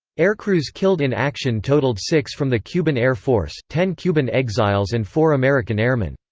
aircrews killed in action totalled six from the cuban air force, ten cuban exiles and four american airmen.